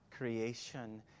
creation